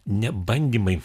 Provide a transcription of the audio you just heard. ne bandymai